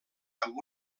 amb